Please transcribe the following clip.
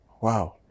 Wow